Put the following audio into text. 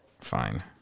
Fine